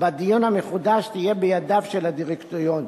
בדיון המחודש תהיה בידיו של הדירקטוריון,